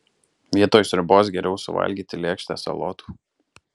vietoj sriubos geriau suvalgyti lėkštę salotų